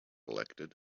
elected